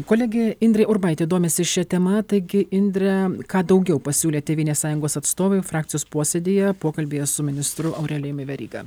kolegė indrė urbaitė domisi šia tema taigi indre ką daugiau pasiūlė tėvynės sąjungos atstovai frakcijos posėdyje pokalbyje su ministru aurelijumi veryga